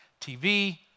TV